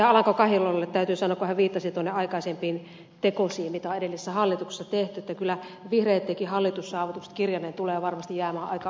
alanko kahiluodolle täytyy sanoa kun hän viittasi tuonne aikaisempiin tekosiin mitä on edellisissä hallituksissa tehty että kyllä vihreittenkin hallitussaavutukset kirjanen tulee varmasti jäämään aika ohuenlaiseksi